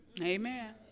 Amen